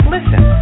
Listen